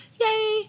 yay